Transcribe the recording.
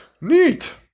Neat